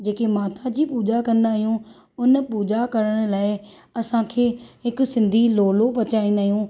जेकी माता जी पूॼा कंदा आहियूं उन पूॼा करण लाइ असांखे हिकु सिंधी लोलो पचाईंदा आहियूं